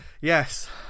Yes